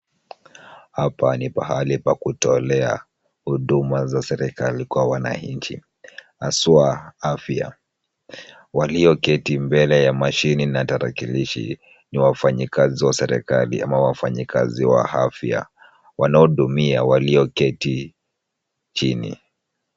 Hapa ni pahali pa kutolea huduma za serikali kwa wananchi haswa afya. Walioketi mbele ya mashini na tarakilishi ni wafanyikazi wa serikali ama wafanyikazi wa afya, wanaohudumia walioketi chini.